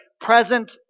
present